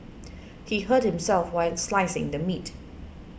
he hurt himself while slicing the meat